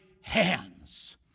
hands